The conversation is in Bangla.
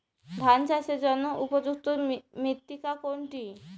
ধান চাষের জন্য উপযুক্ত মৃত্তিকা কোনটি?